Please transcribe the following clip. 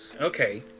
Okay